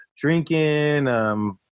drinking